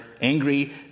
angry